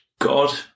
God